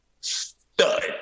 Stud